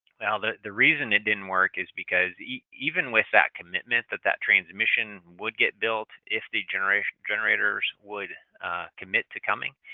well, the the reason it didn't work is because even with that commitment that that transmission would get built if the generators generators would commit to coming,